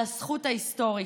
על הזכות ההיסטורית,